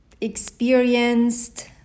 experienced